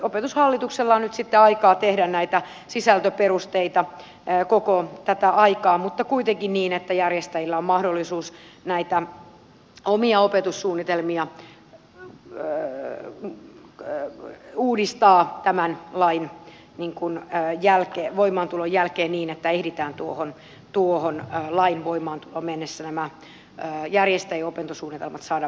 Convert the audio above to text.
opetushallituksella on nyt sitten aikaa tehdä näitä sisältöperusteita koko tämän ajan mutta kuitenkin niin että järjestäjillä on mahdollisuus näitä omia opetussuunnitelmia uudistaa tämän lain voimaantulon jälkeen niin että ehditään tuohon lain voimaantuloon mennessä nämä järjestää ja opintosuunnitelmat saada valmiiksi